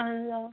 اَہَن حظ آ